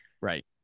Right